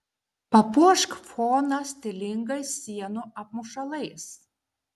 papuošk foną stilingais sienų apmušalais